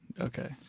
Okay